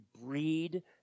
breed